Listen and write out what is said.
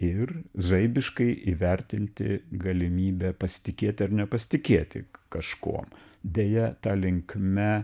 ir žaibiškai įvertinti galimybę pasitikėti ar nepasitikėti kažkuom deja ta linkme